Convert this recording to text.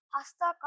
Hasta